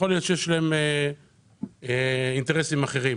יכול להיות שיש להם אינטרסים אחרים.